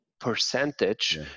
percentage